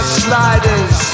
sliders